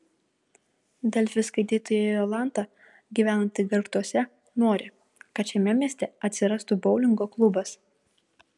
delfi skaitytoja jolanta gyvenanti gargžduose nori kad šiame mieste atsirastų boulingo klubas